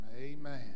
Amen